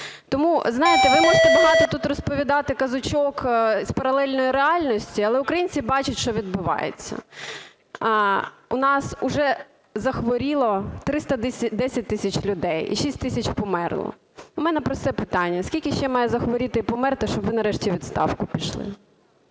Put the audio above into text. Тому, знаєте, ви можете багато тут розповідати казочок з паралельної реальності, але українці бачать, що відбувається. У нас уже захворіло 310 тисяч людей і 6 тисяч померло. У мене просте питання: скільки ще має захворіти і померти, щоб ви нарешті у відставку пішли?